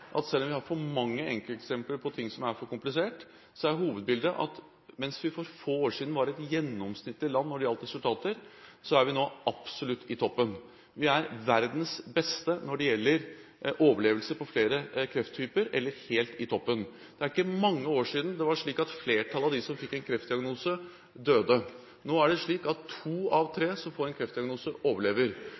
at selv om vi har for mange enkelteksempler på ting som er for komplisert, er hovedbildet at mens vi for få år siden var et gjennomsnittlig land når det gjaldt resultater, er vi nå absolutt i toppen. Vi er verdens beste når det gjelder overlevelse etter flere krefttyper, eller helt i toppen. Det er ikke mange år siden det var slik at flertallet av dem som fikk en kreftdiagnose, døde. Nå er det slik at to av tre som får en kreftdiagnose, overlever.